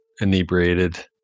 inebriated